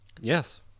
Yes